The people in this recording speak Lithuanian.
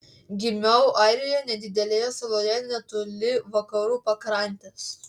gimiau airijoje nedidelėje saloje netoli vakarų pakrantės